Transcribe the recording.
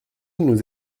nous